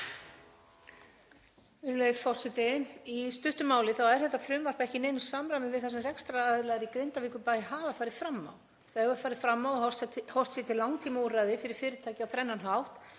Þau hafa farið fram á að horft sé til langtímaúrræða fyrir fyrirtæki á þrennan hátt.